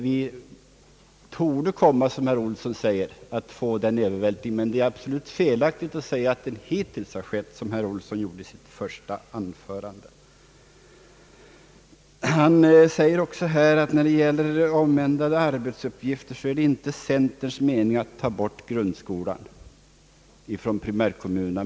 Vi torde komma, som herr Olsson säger, att få en övervältring, men det är absolut felaktigt att säga att det hittills har skett en övervältring — som herr Olsson sade i sitt första anförande. Han säger också när det gäller omändrade arbetsuppgifter att det inte är centerns mening att ta bort grundskolan från primärkommunerna.